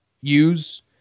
use